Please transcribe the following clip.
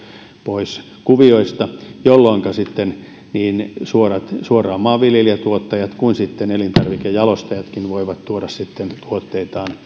pois kuvioista jolloinka suoraan niin maanviljelijätuottajat kuin elintarvikejalostajatkin voivat tuoda sitten tuotteitaan